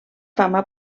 fama